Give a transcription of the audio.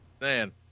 Man